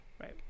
Right